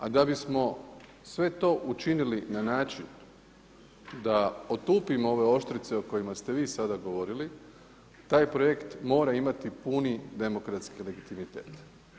A da bismo sve to učinili na način da otupimo ove oštrice o kojima ste vi sada govorili taj projekt mora imati puni demokratski legitimitet.